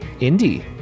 indie